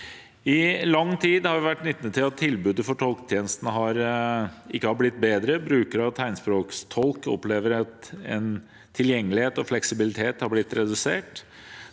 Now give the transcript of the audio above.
I lang tid har vi vært vitne til at tilbudet fra tolketjenesten ikke har blitt bedre. Brukere av tegnspråktolk opplever at tilgjengelighet og fleksibilitet har blitt redusert.